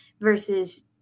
versus